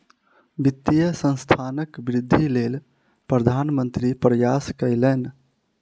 वित्तीय संस्थानक वृद्धिक लेल प्रधान मंत्री प्रयास कयलैन